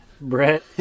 brett